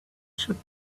should